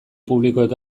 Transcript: publikoek